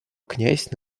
князь